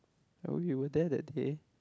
oh you were there that day